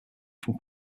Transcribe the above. from